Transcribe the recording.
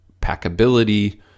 packability